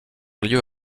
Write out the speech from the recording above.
lieu